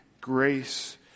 grace